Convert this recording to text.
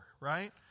right